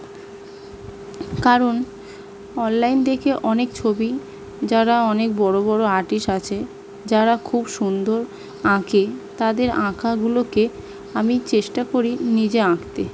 কারণ অনলাইন দেখে অনেক ছবি যারা অনেক বড়ো বড়ো আর্টিস্ট আছে যারা খুব সুন্দর আঁকে তাদের আঁকাগুলোকে আমি চেষ্টা করি নিজে আঁকতে